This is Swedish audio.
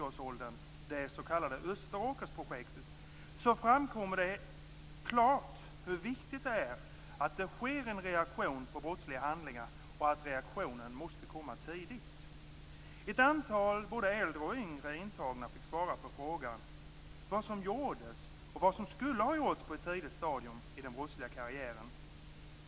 årsåldern, det s.k. Österåkersprojektet, framkommer det klart hur viktigt det är att det blir en reaktion på brottsliga handlingar och att reaktionen måste komma tidigt. Ett antal både äldre och yngre intagna fick svara på frågan vad som gjordes och vad som skulle ha gjorts på ett tidigt stadium i den brottsliga karriären.